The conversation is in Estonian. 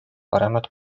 paremat